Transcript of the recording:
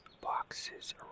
boxes